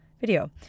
video